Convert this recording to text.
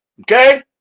okay